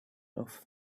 subject